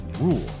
rule